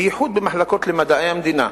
בייחוד במחלקות למדעי המדינה,